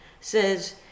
says